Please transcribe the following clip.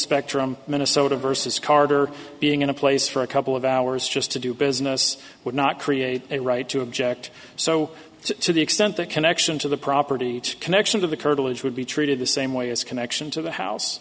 spectrum minnesota versus carter being in a place for a couple of hours just to do business would not create a right to object so to the extent that connection to the property connection to the curtilage would be treated the same way as connection to the house